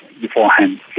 beforehand